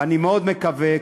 ואני מאוד מקווה,